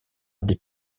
des